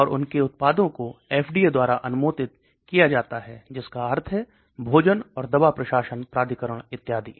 और उनके उत्पादों को एफडीए द्वारा अनुमोदित किया जाता है जिसका अर्थ है भोजन और दवा प्रशासन प्राधिकरण इत्यादि